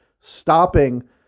stopping